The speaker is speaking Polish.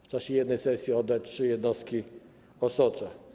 W czasie jednej sesji można oddać trzy jednostki osocza.